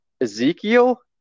Ezekiel